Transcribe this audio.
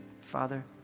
Father